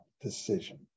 decision